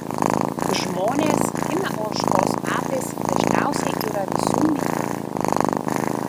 žmonės gimę ožkos metais dažniausiai yra visų mėgiami